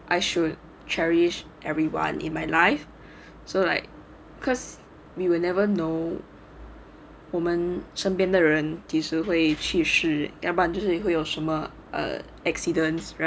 I should cherish everyone in my life so like cause we will never know 我们身边的人几时会去世要不然就是也会有什么 err accidents right